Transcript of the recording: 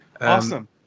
Awesome